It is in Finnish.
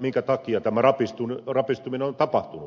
minkä takia tämä rapistuminen on tapahtunut